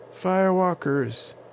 Firewalkers